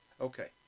Okay